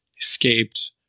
escaped